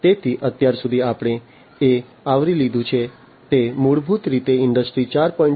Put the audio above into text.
તેથી અત્યાર સુધી આપણે જે આવરી લીધું છે તે મૂળભૂત રીતે ઇન્ડસ્ટ્રી 4